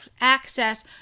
access